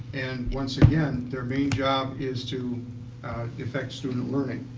and once again, their main job is to effect student learning.